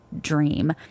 dream